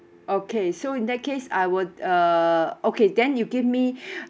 okay so in that case I would err okay then you give me